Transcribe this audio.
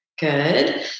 Good